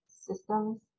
systems